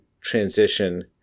transition